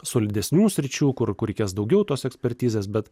solidesnių sričių kur kur reikės daugiau tos ekspertizės bet